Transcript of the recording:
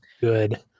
good